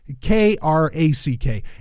K-R-A-C-K